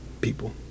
people